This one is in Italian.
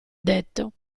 detto